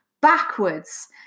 backwards